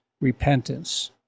repentance